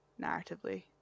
narratively